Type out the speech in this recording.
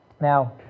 Now